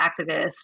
activists